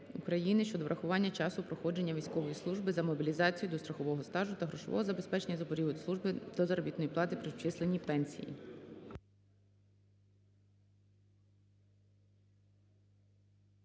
України щодо врахування часу проходження військової служби за мобілізацією до страхового стажу та грошового забезпечення за період служби до заробітної плати при обчисленні пенсії.